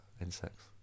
insects